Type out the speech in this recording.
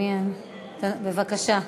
בבקשה.